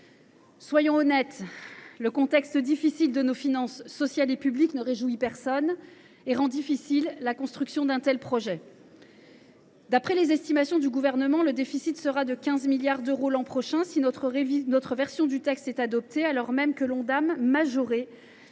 Soyons honnêtes : le contexte difficile de nos finances sociales et publiques ne réjouit personne et rend délicate la construction d’un tel projet. D’après les estimations du Gouvernement, le déficit sera de 15 milliards d’euros l’an prochain si notre version du texte est adoptée, alors même que l’Ondam majoré